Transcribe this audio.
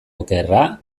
okerra